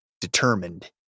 determined